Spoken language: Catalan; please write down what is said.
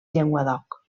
llenguadoc